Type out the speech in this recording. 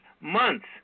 months